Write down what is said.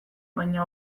baina